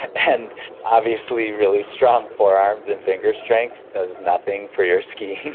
and obviously, really strong forearms and finger strength does nothing for your skiing.